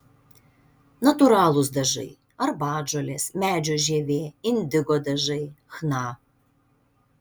natūralūs dažai arbatžolės medžio žievė indigo dažai chna